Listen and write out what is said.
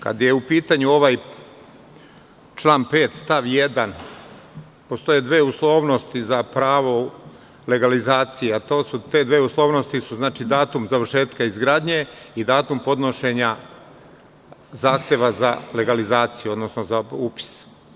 Kada je u pitanju ovaj član 5. stav 1, postoje dve uslovnosti za pravo legalizacije, a to su datum završetka izgradnje i datum podnošenja zahteva za legalizaciju, odnosno za upis.